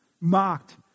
mocked